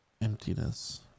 emptiness